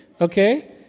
Okay